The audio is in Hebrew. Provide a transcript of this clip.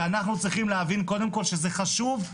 ואנחנו צריכים להבין קודם כל שזה חשוב,